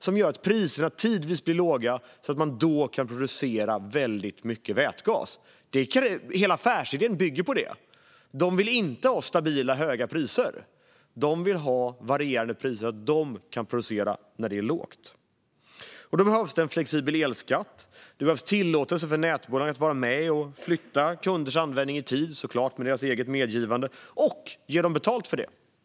Det gör att priserna tidvis blir låga, så att man då kan producera väldigt mycket vätgas. Hela affärsidén bygger på det. Man vill inte ha stabila, höga priser, utan man vill ha varierande priser, så att man kan producera när priset är lågt. Då behövs det en flexibel elskatt. Det behövs tillåtelse för nätbolagen att vara med och flytta kunders användning i tid - såklart med deras eget medgivande - och man ska ge dem betalt för det.